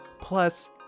Plus